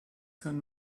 kann